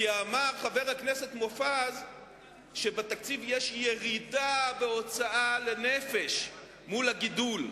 כי אמר חבר הכנסת מופז שבתקציב יש ירידה בהוצאה לנפש מול הגידול.